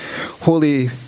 holy